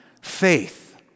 faith